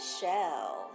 shell